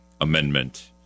amendment